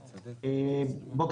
בבקשה.